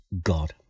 God